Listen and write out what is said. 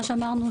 מה שאמרנו,